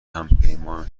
همپیمان